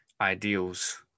ideals